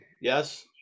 Yes